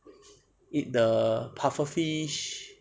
eat the pufferfish